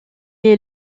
est